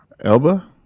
Elba